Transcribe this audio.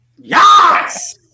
Yes